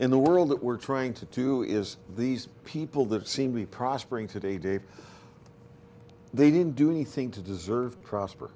in the world that we're trying to do is these people that seem to be prospering today dave they didn't do anything to deserve prosper